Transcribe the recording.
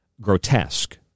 grotesque